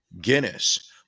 Guinness